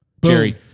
Jerry